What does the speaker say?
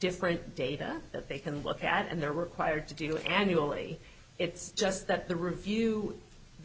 different data that they can look at and they're required to do it annually it's just that the review the